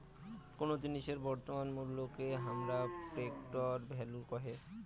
কোন জিনিসের বর্তমান মুল্যকে হামরা প্রেসেন্ট ভ্যালু কহে